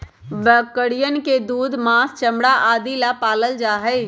बकरियन के दूध, माँस, चमड़ा आदि ला पाल्ल जाहई